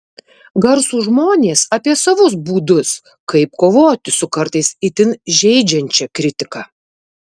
garsūs žmonės apie savus būdus kaip kovoti su kartais itin žeidžiančia kritika